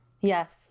Yes